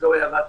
זו הערה טכנית.